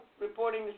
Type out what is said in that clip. reporting